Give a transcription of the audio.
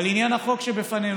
אבל לעניין החוק שלפנינו,